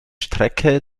strecke